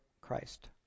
Christ